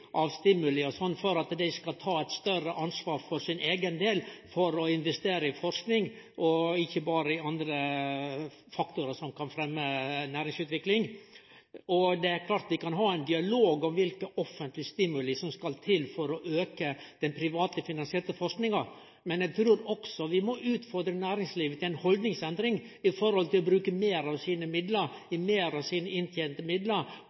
for at dei skal ta eit større ansvar for å investere i forsking og ikkje berre i andre faktorar som kan fremje næringsutvikling. Det er klart vi kan ha ein dialog om kva for offentlege stimuli som skal til for å auke den privatfinansierte forskinga, men eg trur også vi må utfordre næringslivet til ei haldningsendring når det gjeld å bruke meir av